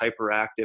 hyperactive